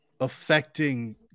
affecting